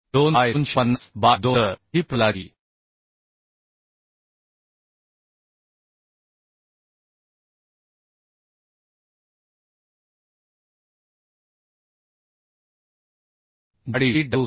2 by 250 by 2 तर ही प्रतलाची जाडी tw 6